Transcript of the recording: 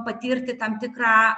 patirti tam tikrą